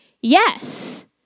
yes